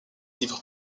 livres